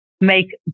make